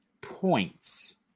points